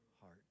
heart